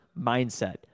mindset